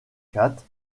kate